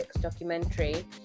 documentary